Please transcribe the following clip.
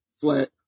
flat